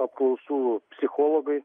apklausų psichologai